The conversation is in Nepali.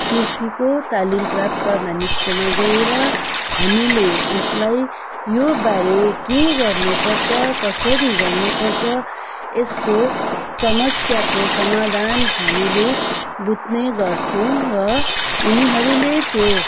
कृषिको तालिम प्राप्त मानिसकोमा गएर हामीले उसलाई यो बारे के गर्नुपर्छ कसरी गर्नुपर्छ यसको समस्याको समाधान हामीले बुझ्नेगर्छौँ र उनीहरूले त्यो